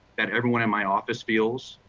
that everyone in my office feels.